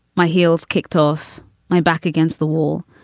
my heels kicked off my back against the wall.